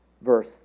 verse